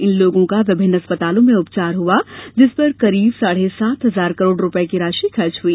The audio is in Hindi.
इन लोगों का विभिन्न अस्पतालों में उपचार हुआ जिस पर करीब साढ़े सात हजार करोड़ रुपए की राशि खर्च हुई